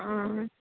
ആ